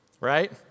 right